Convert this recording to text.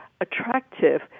attractive